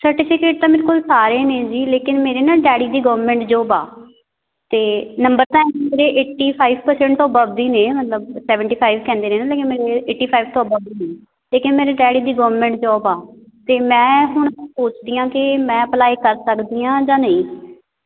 certificate ਤਾਂ ਮੇਰੇ ਕੋਲ ਸਾਰੇ ਨੇ ਜੀ ਲੇਕਿਨ ਮੇਰੇ ਨਾ ਡੈਡੀ ਦੀ ਗਵਰਮੈਂਟ ਜੋਬ ਆ ਅਤੇ ਨੰਬਰ ਤਾਂ ਮੇਰੇ ਏਟੀ ਫਾਈਵ ਪਰਸੈਂਟ ਤੋਂ ਅਬਵ ਹੀ ਨੇ ਮਤਲਬ ਸੈਵਨਟੀ ਫਾਈਵ ਕਹਿੰਦੇ ਨੇ ਲੇਕਿਨ ਮੇਰੇ ਏਟੀ ਫਾਈਵ ਤੋਂ ਅਬਵ ਹੀ ਨੇ ਲੇਕਿਨ ਮੇਰੇ ਡੈਡੀ ਦੀ ਗੋਵਰਮੈਂਟ ਜੋਬ ਆ ਅਤੇ ਮੈਂ ਹੁਣ ਸੋਚਦੀ ਹਾਂ ਕਿ ਮੈਂ ਅਪਲਾਈ ਕਰ ਸਕਦੀ ਹਾਂ ਜਾਂ ਨਹੀਂ